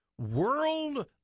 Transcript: world